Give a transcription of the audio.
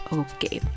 okay